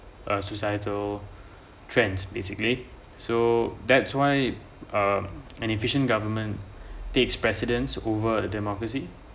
a societal trends basically so that's why um an efficient government takes precedence over democracy